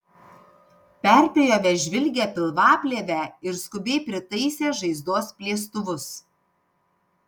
perpjovė žvilgią pilvaplėvę ir skubiai pritaisė žaizdos plėstuvus